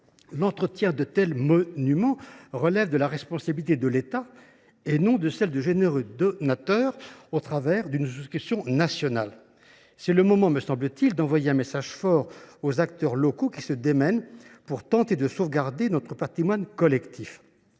l’entretien de tels monuments relève de la responsabilité de l’État. Il ne saurait dépendre de généreux donateurs contribuant par le biais d’une souscription nationale. C’est le moment, me semble t il, d’envoyer un message fort aux acteurs locaux qui se démènent pour tenter de sauvegarder notre patrimoine collectif.